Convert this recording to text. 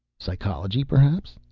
psychology, perhaps?